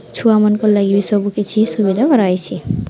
ଛୁଆମାନ୍ଙ୍କର୍ ଲାଗି ବି ସବୁ କିଛି ସୁବିଧା କରାଯାଇଛେ